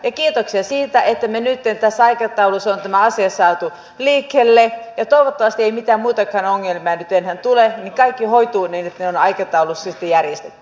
kiitoksia siitä että me nytten tässä aikataulussa olemme tämän asian saaneet liikkeelle ja toivottavasti ei mitään muitakaan ongelmia nyt enää tule ja kaikki hoituu niin että se on aikataulullisesti järjestetty